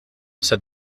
said